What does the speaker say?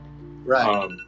right